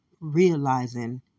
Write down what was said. realizing